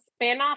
spinoff